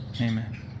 amen